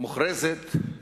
מוכרזת